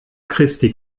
christi